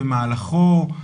במהלכו,